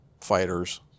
fighters